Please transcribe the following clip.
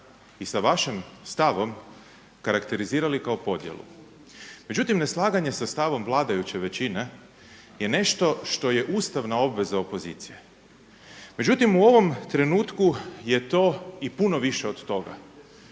i sa vašim stavom karakterizirali kao podjelu. Međutim neslaganje sa stavom vladajuće većine je nešto što je ustavna obveza opozicije. Međutim u ovom trenutku je to i puno više od toga.